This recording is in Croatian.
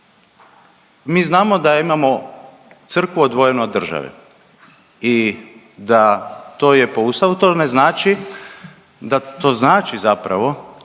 mi znamo da imamo crkvu odvojenu od države i da to je po Ustavu, to ne znači, to znači zapravo